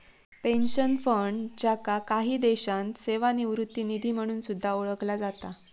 pension fund, ज्याका काही देशांत सेवानिवृत्ती निधी म्हणून सुद्धा ओळखला जाता